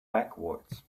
backwards